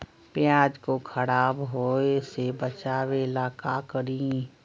प्याज को खराब होय से बचाव ला का करी?